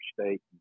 state